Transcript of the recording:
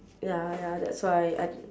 ya ya that's why I